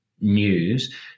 news